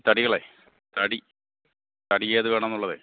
തടികളേ തടി തടിയേതു വേണമെന്നുള്ളതേ